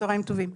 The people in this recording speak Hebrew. צוהריים טובים.